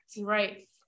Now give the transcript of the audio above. Right